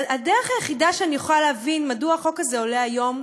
הדרך היחידה שאני יכולה להבין מדוע החוק הזה עולה היום,